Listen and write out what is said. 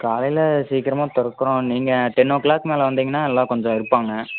காலையில் சீக்கிரமா திறக்குறோம் நீங்கள் டென் ஓ கிளாக் மேலே வந்திங்கன்னால் எல்லாம் கொஞ்சம் இருப்பாங்க